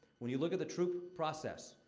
when you look at the troop process,